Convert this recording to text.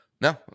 No